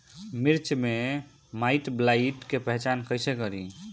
मिर्च मे माईटब्लाइट के पहचान कैसे करे?